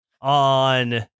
on